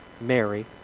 Mary